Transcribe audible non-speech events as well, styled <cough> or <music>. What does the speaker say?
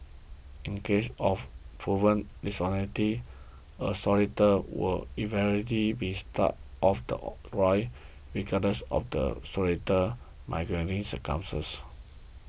in cases of proven dishonesty a solicitor will invariably be stuck off the <noise> roll regardless of the solicitor's mitigating circumstances